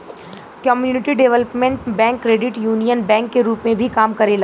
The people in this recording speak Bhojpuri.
community development bank credit union bank के रूप में भी काम करेला